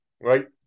right